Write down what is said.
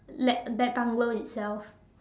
let that bungalow itself